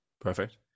Perfect